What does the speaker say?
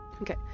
Okay